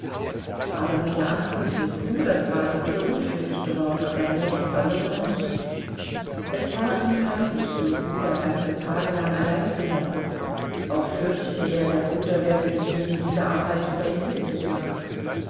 aber mit der ankunft des bruders war er wieder unschlüssig geworden ob er mähen solle oder nicht es war ihm peinlich den bruder ganze tage lang allein zu lassen auch fürchtete er der bruder werde sich wegen dieser arbeit über ihn lustig machen